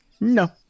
No